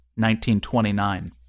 1929